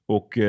Och